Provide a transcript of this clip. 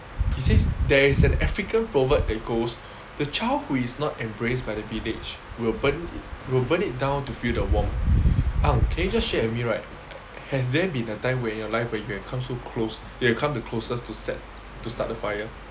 it says there is an african proverb that goes the child who is not embraced by the village will burn will burn it down to feel the warmth ang can you just share with me right has there been a time where your life where you have come so close you have come the closest to set to start the fire